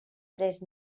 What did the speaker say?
tres